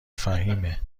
فهیمهمگه